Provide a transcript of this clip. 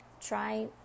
try